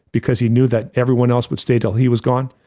because he knew that everyone else would stay till he was gone.